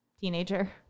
teenager